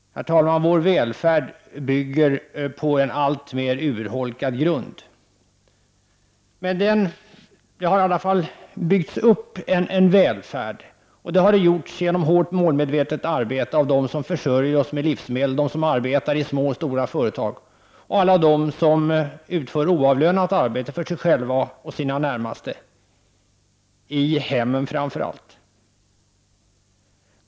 Herr talman! Vår välfärd bygger på en alltmer urholkad grund. Det har i alla fall byggts upp en välfärd, och det har skett genom hårt målmedvetet arbete av dem som försörjer oss med livsmedel och av dem som arbetar i små och stora företag. Men det har även skett av dem som utför oavlönat arbete för sig själva och sina närmaste framför allt i hemmen.